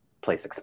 place